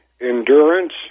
endurance